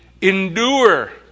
endure